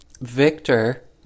Victor